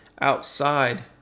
outside